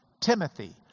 Timothy